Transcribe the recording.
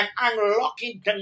unlocking